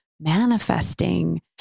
manifesting